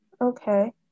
Okay